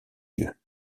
yeux